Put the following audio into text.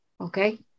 Okay